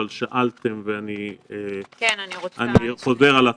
אבל שאלתם ואני חוזר על התהליך.